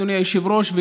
אדוני היושב-ראש,